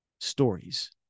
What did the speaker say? stories